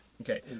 Okay